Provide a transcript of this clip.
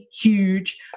huge